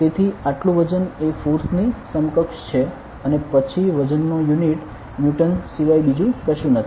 તેથી આટલું વજન એ ફોર્સની સમકક્ષ છે અને પછી વજનનો યુનિટ ન્યુટન સિવાય બીજું કશું નથી